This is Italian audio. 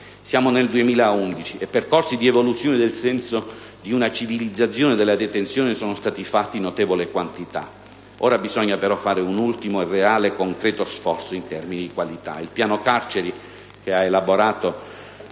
Siamo nel 2011 e percorsi di evoluzione nel senso di una civilizzazione della detenzione ne sono stati fatti in notevole quantità. Ora però bisogna compiere un ultimo reale e concreto sforzo in termini di qualità: